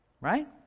Right